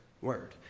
word